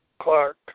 Clark